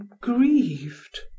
grieved